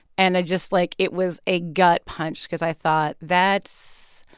and i just, like, it was a gut punch because i thought that's,